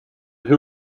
who